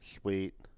Sweet